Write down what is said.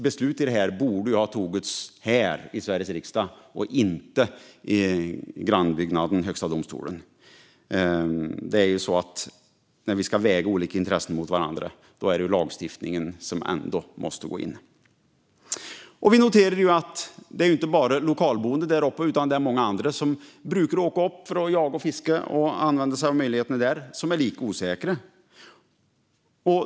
Beslutet i frågan borde ju ha tagits här i Sveriges riksdag, inte i grannbyggnaden, i Högsta domstolen. När olika intressen ska vägas mot varandra måste ändå lagstiftaren gå in. Inte bara lokalbefolkningen däruppe utan många andra som brukar åka upp för att jaga, fiska och använda sig av möjligheterna där är lika osäkra.